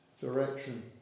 direction